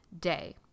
day